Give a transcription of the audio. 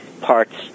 parts